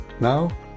Now